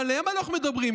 גם עליהם אנחנו מדברים,